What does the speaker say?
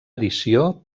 addició